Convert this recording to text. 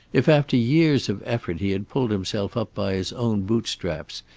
if after years of effort he had pulled himself up by his own boot-straps,